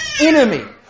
enemy